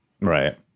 Right